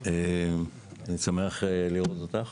אני שמח לראות אותך,